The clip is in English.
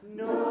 no